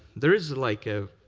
there is, like, a